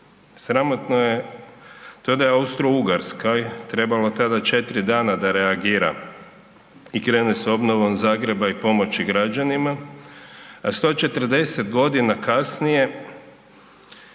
Sramotno je to da je Austro-Ugarskoj trebalo tada 4 dana da reagira i krene s obnovom Zagreba i pomoći građanima, a 140 godina kasnije